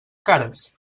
cares